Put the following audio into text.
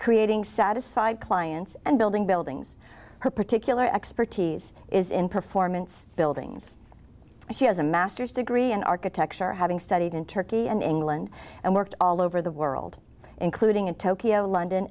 creating satisfied clients and building buildings her particular expertise is in performance buildings she has a master's degree in architecture having studied in turkey and england and worked all over the world including in tokyo london